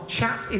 Chat